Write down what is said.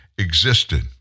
existed